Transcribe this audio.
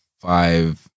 five